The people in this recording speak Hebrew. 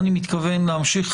אני מתכוון להמשיך